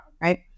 right